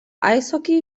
eishockey